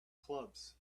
clubs